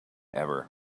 ever